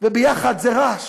ויחד זה רעש.